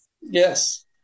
Yes